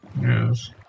Yes